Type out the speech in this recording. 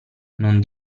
non